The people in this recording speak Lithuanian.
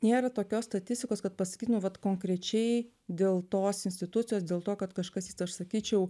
nėra tokios statistikos kad pasakyt nu vat konkrečiai dėl tos institucijos dėl to kad kažkas aš sakyčiau